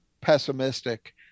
pessimistic